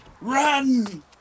Run